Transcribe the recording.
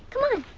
come on.